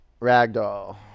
Ragdoll